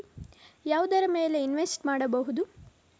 ಯಾವುದರ ಮೇಲೆ ಇನ್ವೆಸ್ಟ್ ಮಾಡಬಹುದು?